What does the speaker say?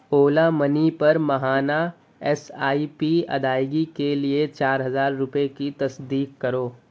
اولا منی پر ماہانہ ایس آئی پی ادائیگی کے لیے چار ہزار روپے کی تصدیق کرو